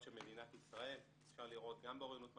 של מדינת ישראל אפשר לראות גם באוריינות מתמטיקה,